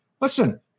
listen